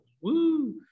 Woo